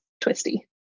twisty